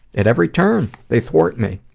at every turn, they thwart me.